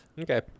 okay